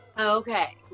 Okay